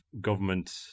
government